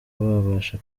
babasha